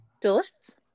Delicious